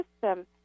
system